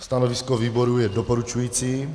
Stanovisko výboru je doporučující.